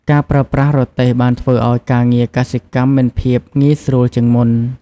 ការប្រើប្រាស់រទេះបានធ្វើឱ្យការងារកសិកម្មមានភាពងាយស្រួលជាងមុន។